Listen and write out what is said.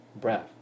breath